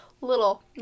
Little